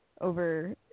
Over